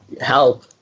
help